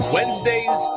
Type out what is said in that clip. Wednesdays